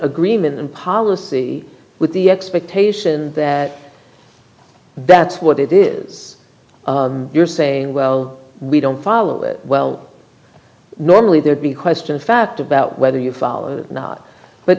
agreement and policy with the expectation that that's what it is you're saying well we don't follow it well normally there'd be question of fact about whether you fall or not but